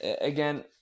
again